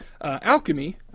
Alchemy